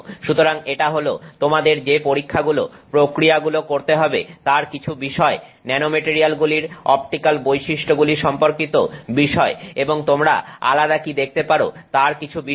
সুতরাং এটা হলো তোমাদের যে পরীক্ষাগুলো প্রক্রিয়াগুলো করতে হবে তার কিছু বিষয় ন্যানোমেটারিয়ালগুলির অপটিক্যাল বৈশিষ্ট্যগুলি সম্পর্কিত বিষয় এবং তোমরা আলাদা কি দেখতে পারো তার কিছু বিষয়